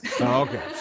okay